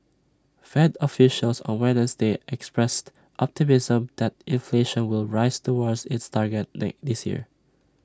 fed officials on Wednesday expressed optimism that inflation will rise toward its target they this year